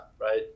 right